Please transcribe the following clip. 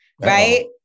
Right